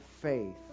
faith